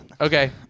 Okay